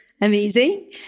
amazing